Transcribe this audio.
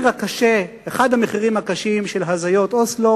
ואחד המחירים הקשים של הזיות אוסלו